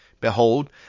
Behold